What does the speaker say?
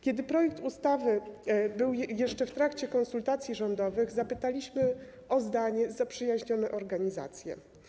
Kiedy projekt ustawy był jeszcze w trakcie konsultacji rządowych, zapytaliśmy o zdanie zaprzyjaźnione organizacje.